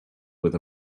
with